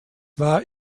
war